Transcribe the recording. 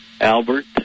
Albert